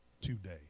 today